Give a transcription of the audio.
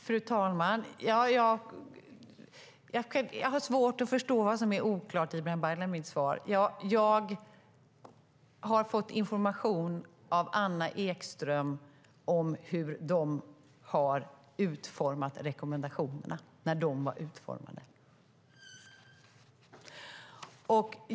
Fru talman! Jag har svårt att förstå vad som är oklart i mitt svar, Ibrahim Baylan. Jag har fått information av Anna Ekström om hur Skolverket har utformat rekommendationerna när de var utformade.